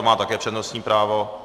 Má také přednostní právo.